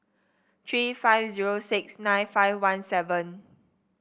three five zero six nine five one seven